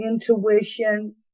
intuition